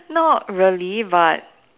not really but